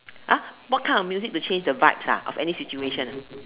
!huh! what kind of music to change the vibes ah of any situation